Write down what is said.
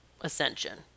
ascension